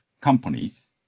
companies